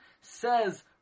Says